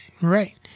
Right